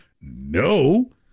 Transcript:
No